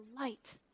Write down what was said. light